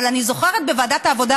אבל אני זוכרת בוועדת העבודה,